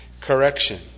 correction